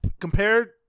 compared